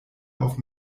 auf